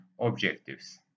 objectives